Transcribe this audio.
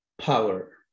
power